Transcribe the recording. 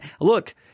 Look